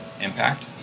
impact